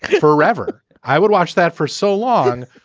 forever. i would watch that for so long,